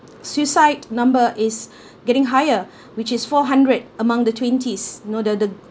suicide number is getting higher which is four hundred among the twenties no the the